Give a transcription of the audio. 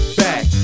back